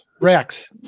rex